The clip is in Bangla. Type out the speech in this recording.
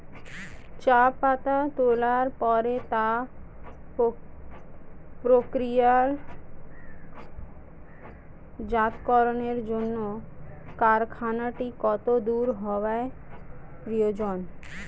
চা পাতা তোলার পরে তা প্রক্রিয়াজাতকরণের জন্য কারখানাটি কত দূর হওয়ার প্রয়োজন?